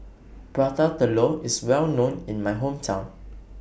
Prata Telur IS Well known in My Hometown